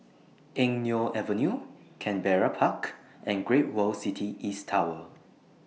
Eng Neo Avenue Canberra Park and Great World City East Tower